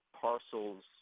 parcels